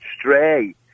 stray